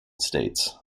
states